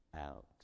out